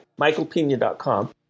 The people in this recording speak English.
michaelpina.com